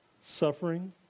suffering